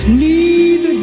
need